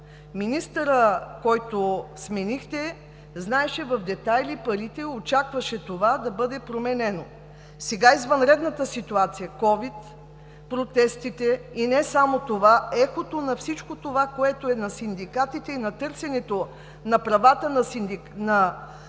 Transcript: Министърът, който сменихте, знаеше в детайли парите – очакваше това да бъде променено. Сега извънредната ситуация с COVID, протестите и не само това – ехото на всичко това, което е на синдикатите и на търсенето на правата на служителите